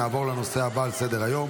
נעבור לנושא הבא על סדר-היום,